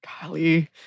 Golly